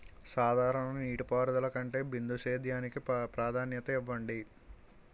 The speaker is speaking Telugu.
సాధారణ నీటిపారుదల కంటే బిందు సేద్యానికి ప్రాధాన్యత ఇవ్వండి